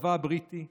לצבא הבריטי,